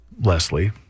Leslie